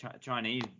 chinese